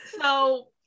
So-